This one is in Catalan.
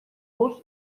fos